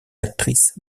actrices